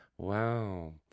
Wow